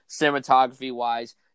cinematography-wise